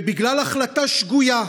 ובגלל החלטה שגויה,